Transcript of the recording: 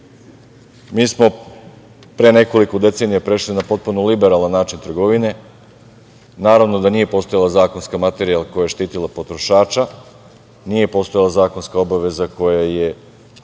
Mi smo pre nekoliko decenija prešli na potpuno liberalan način trgovine, naravno da nije postojala zakonska materija koja je štitila potrošača, nije postojala zakonska obaveza koja je štitila